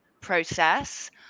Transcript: process